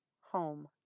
home